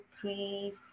three